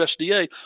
USDA